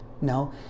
no